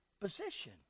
position